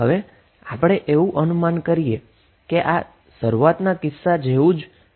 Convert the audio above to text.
હવે આપણે એવું અનુમાન કરીએ કે આ શરૂઆતના કિસ્સા જેવું જ છે